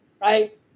right